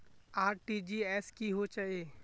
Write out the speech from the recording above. RTGS की होचए?